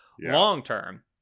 Long-term